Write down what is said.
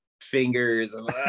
fingers